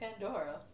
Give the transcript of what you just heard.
Pandora